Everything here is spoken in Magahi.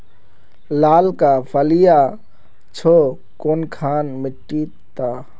लालका फलिया छै कुनखान मिट्टी त?